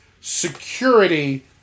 security